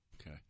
okay